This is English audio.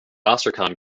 astrakhan